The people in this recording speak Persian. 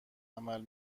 عمل